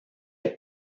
est